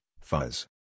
fuzz